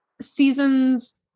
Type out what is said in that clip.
seasons